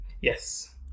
Yes